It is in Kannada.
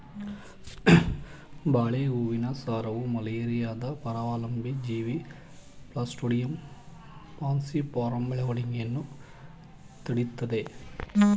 ಬಾಳೆ ಹೂವಿನ ಸಾರವು ಮಲೇರಿಯಾದ ಪರಾವಲಂಬಿ ಜೀವಿ ಪ್ಲಾಸ್ಮೋಡಿಯಂ ಫಾಲ್ಸಿಪಾರಮ್ ಬೆಳವಣಿಗೆಯನ್ನು ತಡಿತದೇ